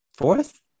fourth